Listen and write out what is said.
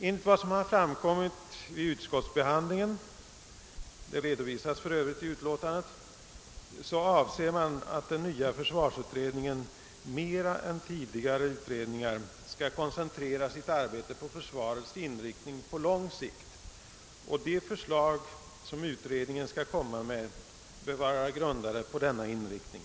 Enligt vad som framkommit vid utskottsbehandlingen — det redovisas för övrigt i utlåtandet — avser man att den nya försvarsutredningen mer än tidigare utredningar skall koncentrera sitt arbete på försvarets inriktning på lång sikt, och de förslag som utredningen skall lägga fram bör vara grundade på denna inriktning.